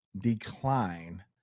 decline